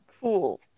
Cool